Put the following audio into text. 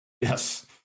Yes